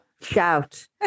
shout